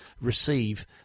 receive